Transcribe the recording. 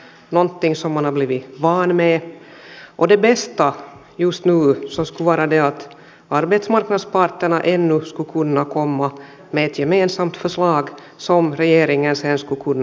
och det bästa just nu skulle vara det att arbetsmarknadsparterna ännu skulle kunna komma med ett gemensamt förslag som regeringen sedan skulle kunna stöda